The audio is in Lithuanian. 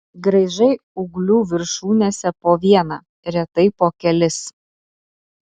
graižai ūglių viršūnėse po vieną retai po kelis